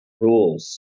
rules